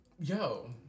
Yo